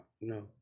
no